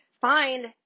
find